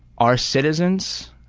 are citizens,